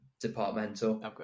departmental